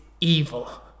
evil